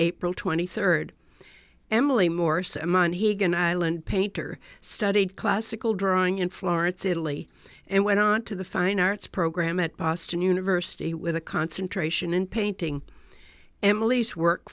april twenty third emily morse among he going island painter studied classical drawing in florence italy and went on to the fine arts program at boston university with a concentration in painting